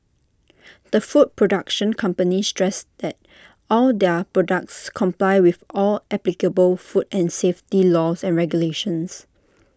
the food production company stressed that all their products comply with all applicable food and safety laws and regulations